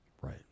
Right